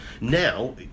now